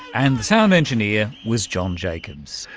and the sound engineer was john jacobs